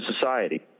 society